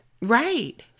Right